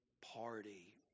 party